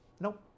Nope